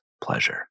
pleasure